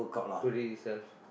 today itself